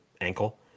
ankle